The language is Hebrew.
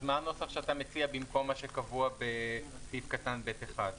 אז מה הנוסח שאתה מציע במקום מה שקבוע בסעיף קטן (ב1)?